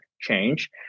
change